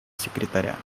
секретаря